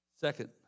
Second